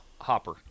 Hopper